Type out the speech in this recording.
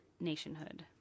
Nationhood